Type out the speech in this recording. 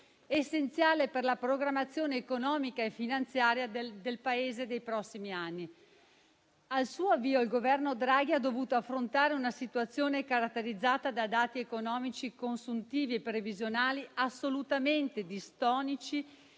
essenziale per la programmazione economica e finanziaria del Paese dei prossimi anni. Al suo avvio il Governo Draghi ha dovuto affrontare una situazione caratterizzata da dati economici consuntivi e previsionali assolutamente distonici